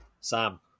Sam